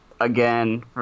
again